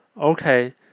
Okay